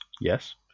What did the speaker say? yes